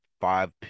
five